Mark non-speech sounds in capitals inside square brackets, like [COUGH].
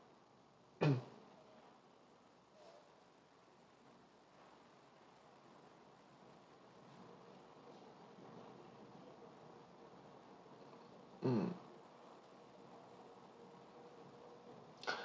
[COUGHS] mm [BREATH]